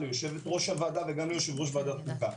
ליושבת-ראש הוועדה וליושב-ראש ועדת חוקה.